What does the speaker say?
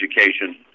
education